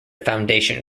foundation